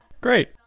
Great